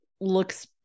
looks